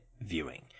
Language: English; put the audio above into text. viewing